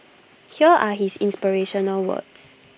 here are his inspirational words